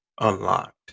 unlocked